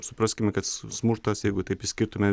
supraskime kad smurtas jeigu taip išskirtume